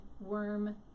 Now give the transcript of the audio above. worm